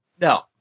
No